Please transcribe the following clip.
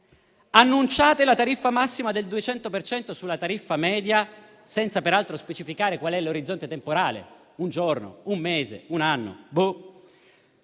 Annunciate la tariffa massima del 200 per cento sulla tariffa media, senza peraltro specificare qual è l'orizzonte temporale (un giorno, un mese, un anno?)